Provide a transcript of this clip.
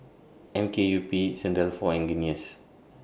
M K U P Saint Dalfour and Guinness